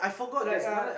like a